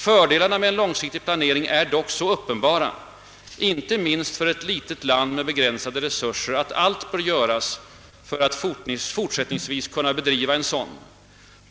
Fördelarna med en långsiktig planering är dock så uppenbara, inte minst för ett litet land med begränsade resurser, att allt bör göras för att fort sättningsvis kunna bedriva en sådan.